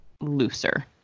looser